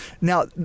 Now